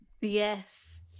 Yes